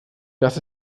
das